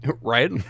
right